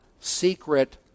secret